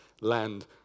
land